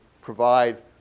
provide